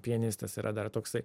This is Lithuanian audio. pianistas yra dar toksai